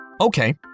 Okay